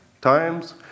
times